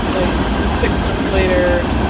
like, six months later,